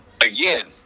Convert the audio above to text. Again